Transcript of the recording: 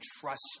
trust